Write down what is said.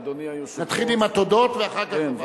נתחיל עם התודות ואחר כך ההודעה.